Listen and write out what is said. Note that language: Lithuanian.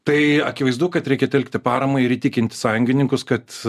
tai akivaizdu kad reikia telkti paramą ir įtikinti sąjungininkus kad